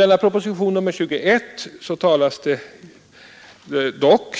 I propositionen 21 talas det dock